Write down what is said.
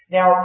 Now